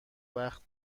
وقت